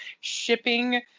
shipping